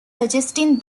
suggesting